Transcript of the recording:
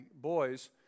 boys